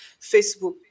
facebook